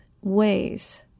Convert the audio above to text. ways